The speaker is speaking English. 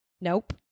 Nope